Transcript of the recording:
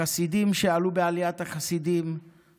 החסידים שעלו בעליית החסידים,